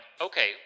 okay